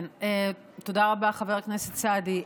תודה רבה, חבר הכנסת סעדי.